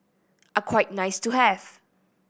are quite nice to have